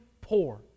poor